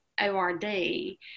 O-R-D